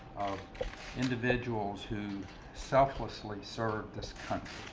individuals who selflessly serve this country.